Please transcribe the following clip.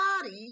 body